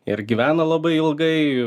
ir gyvena labai ilgai